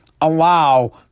allow